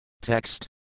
Text